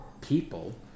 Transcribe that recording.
people